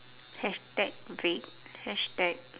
hashtag vague hashtag